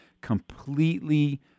completely